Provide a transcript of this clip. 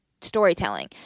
storytelling